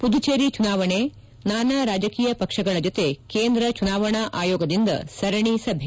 ಪುದುಚೇರಿ ಚುನಾವಣೆ ನಾನಾ ರಾಜಕೀಯ ಪಕ್ಷಗಳ ಜೊತೆ ಕೇಂದ್ರ ಚುನಾವಣಾ ಆಯೋಗದಿಂದ ಸರಣಿ ಸಭೆ